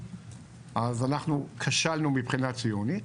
אז אנחנו כשלנו מבחינת ציונית,